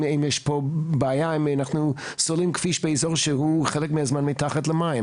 אם יש פה בעיה אם אנחנו סוללים כביש באזור שהוא חלק מהזמן מתחת למים.